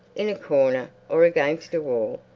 in a corner, or against a wall,